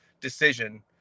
decision